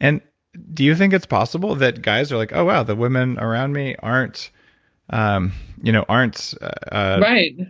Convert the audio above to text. and do you think it's possible that guys are like, oh wow, the women around me aren't um you know aren't